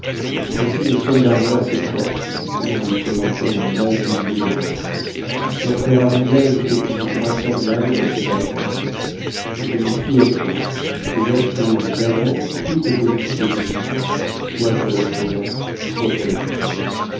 voici une somme d'argent assez forte dit-il en lui présentant une masse de billets de banque tu en feras l'usage que tu jugeras convenable dans cette affaire je me fie à toi et j'approuve d'avance toutes tes dispositions soit pour le présent soit pour l'avenir